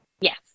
Yes